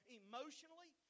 emotionally